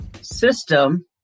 system